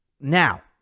Now